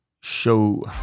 show